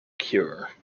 cure